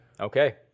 Okay